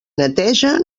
neteja